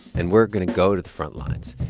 and we're going to go to the front lines.